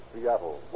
Seattle